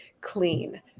clean